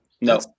No